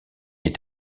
est